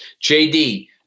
JD